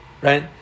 Right